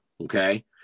Okay